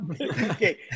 Okay